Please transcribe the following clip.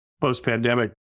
post-pandemic